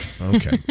okay